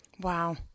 Wow